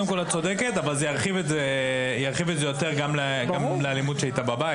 את צודקת אבל זה ירחיב את זה יותר גם לאלימות שהייתה בבית